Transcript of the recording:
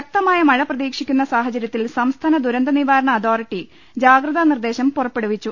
ശക്തമായ മഴ പ്രതീക്ഷിക്കുന്ന സാഹചര്യത്തിൽ സംസ്ഥാന ദുരന്ത നിവാരണ അതോറിറ്റി ജാഗ്രതാ നിർദ്ദേശം പുറപ്പെടുവിച്ചു